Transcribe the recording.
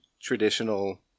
traditional